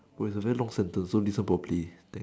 !wow! it a very long sentence so listen properly